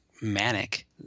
manic